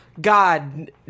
god